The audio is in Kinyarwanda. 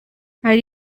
hari